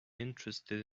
interested